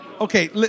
Okay